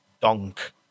Donk